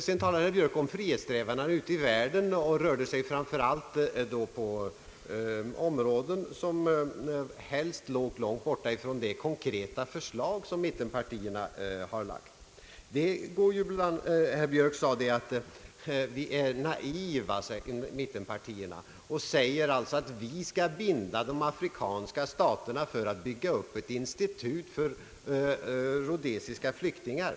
Sedan talade herr Björk om frihetssträvandena ute i världen och rörde sig då helst på områden som låg långt borta från det konkreta förslag som mittenpartierna lagt fram. Herr Björk sade att mittenpartierna är naiva och menade att vi vill binda de afrikanska staterna för att bygga upp ett institut för rhodesiska flyktingar.